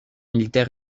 militaire